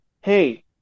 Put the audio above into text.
hey